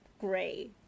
gray